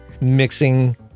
Mixing